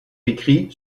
écrit